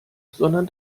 sondern